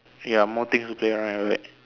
ya more things to play around with it